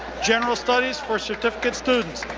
general studies for certificate students.